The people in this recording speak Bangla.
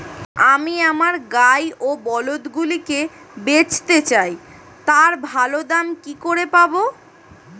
আমি আমার গাই ও বলদগুলিকে বেঁচতে চাই, তার ভালো দাম কি করে পাবো?